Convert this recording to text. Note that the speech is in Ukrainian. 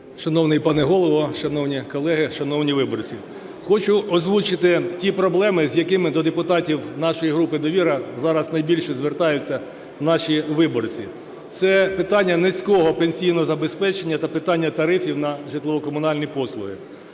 Шановний пане Голово, шановні колеги, шановні виборці! Хочу озвучити ті проблеми, з якими до депутатів нашої групи "Довіра" зараз найбільше звертаються наші виборці. Це питання низького пенсійного забезпечення та питання тарифів на житлово-комунальні послуги.